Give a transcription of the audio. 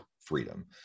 freedom